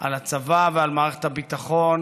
על הצבא ועל מערכת הביטחון,